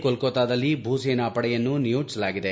ಕೊಲ್ಲತಾದಲ್ಲಿ ಭೂಸೇನಾ ಪಡೆಯನ್ನು ನಿಯೋಜಿಸಲಾಗಿದೆ